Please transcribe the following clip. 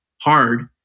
hard